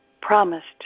promised